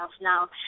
now